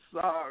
sorry